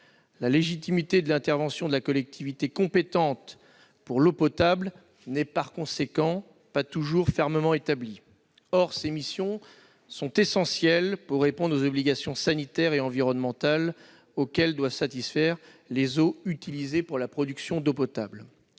la légitimité de l'intervention de la collectivité compétente pour l'eau potable n'est pas toujours fermement établie. Or ces missions sont essentielles pour répondre aux obligations sanitaires et environnementales auxquelles doivent satisfaire les eaux utilisées pour la production d'eau potable.